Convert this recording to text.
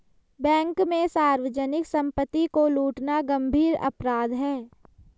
bank में सार्वजनिक सम्पत्ति को लूटना गम्भीर अपराध है